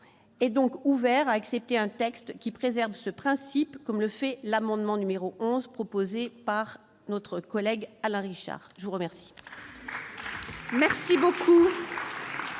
et donc ouvert à accepter un texte qui préserve ce principe comme le fait l'amendement numéro 11 proposée par notre collègue Alain Richard je vous remercie.